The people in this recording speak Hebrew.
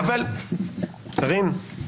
קארין,